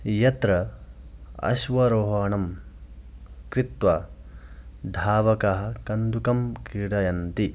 यत्र अश्वारोहणं कृत्वा धावकाः कन्दुकं क्रीडन्ति